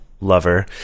lover